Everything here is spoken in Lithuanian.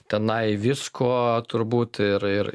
tenai visko turbūt ir ir